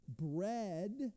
Bread